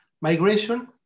Migration